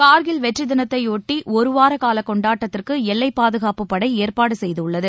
கார்கில் வெற்றி தினத்தை ஒட்டி ஒருவார கால கொண்டாட்டத்திற்கு எல்லைப்பாதுகாப்பு படை ஏற்பாடு செய்துள்ளது